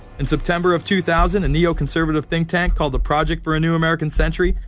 in september of two thousand, a neo-conservative think-tank. called the project for a new american century,